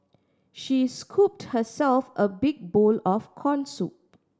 she scooped herself a big bowl of corn soup